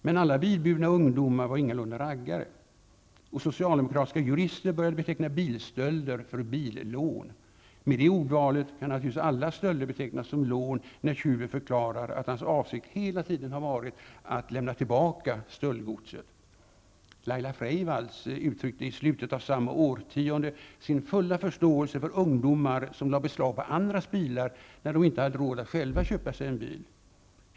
Men alla bilburna ungdomar var ingalunda raggare! Och socialdemokratiska jurister började beteckna bilstölder som billån. Med det ordvalet kan alla stölder betecknas som lån när tjuven förklarar att hans avsikt hela tiden har varit att lämna tillbaka stöldgodset. Laila Freivalds uttryckte i slutet av samma årtionde sin fulla förståelse för ungdomar som lade beslag på andras bilar när de inte hade råd att själva köpa sig en bil.